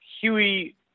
Huey